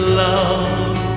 love